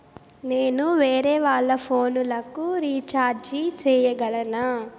నేను వేరేవాళ్ల ఫోను లకు రీచార్జి సేయగలనా?